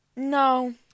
No